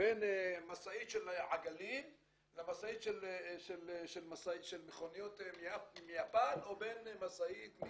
בין משאית של עגלים למשאית של מכוניות מיפן או משאית עם